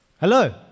hello